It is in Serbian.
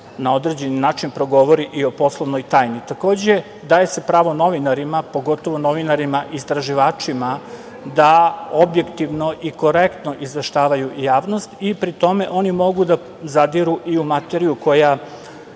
na određeni način progovori i o poslovnoj tajni. Takođe, daje se pravo novinarima, pogotovo novinarima istraživačima da objektivno i korektno izveštavaju javnost i pri tome oni mogu da zadiru i u materiju koja